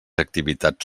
activitats